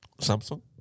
Samsung